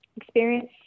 experience